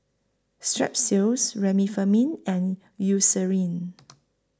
Strepsils Remifemin and Eucerin